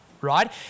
right